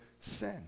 sin